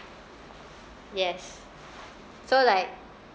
yes so like